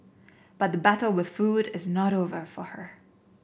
but the battle with food is not over for her